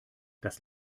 das